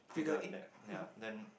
figure that ya then